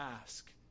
ask